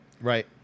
Right